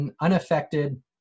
unaffected